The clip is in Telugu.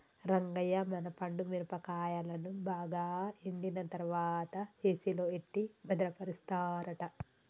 రంగయ్య మన పండు మిరపకాయలను బాగా ఎండిన తర్వాత ఏసిలో ఎట్టి భద్రపరుస్తారట